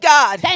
God